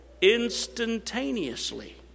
instantaneously